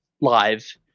live